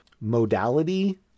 modality